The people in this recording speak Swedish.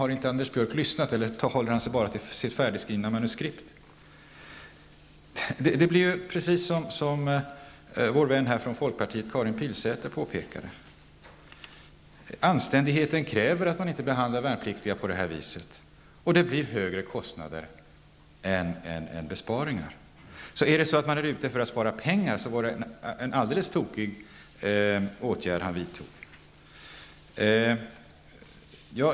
Har inte Anders Björck lyssnat, eller håller han sig bara till sitt färdigskrivna manuskript? Precis som vår vän från folkpartiet, Karin Pilsäter, påpekade, kräver anständigheten att man inte behandlar värnpliktiga på det här viset. Det innebär dessutom större kostnader än besparingar. Är Anders Björck ute i syfte att spara pengar, var det därför en alldeles tokig åtgärd som han vidtog.